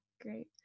Great